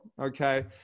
okay